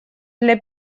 для